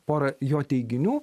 porą jo teiginių